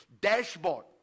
dashboard